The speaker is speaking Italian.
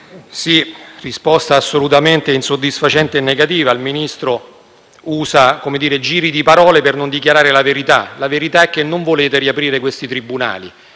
sua risposta è assolutamente insoddisfacente e negativa. Ha usato giri di parole per non dichiarare la verità e cioè che non volete riaprire tali tribunali